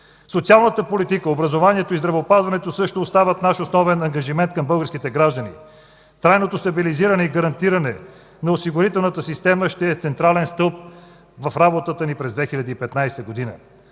Социалната политика, образованието и здравеопазването също остават наш основен ангажимент към българските граждани. Трайното стабилизиране и гарантиране на осигурителната система ще е централен стълб в работата ни през 2015 г.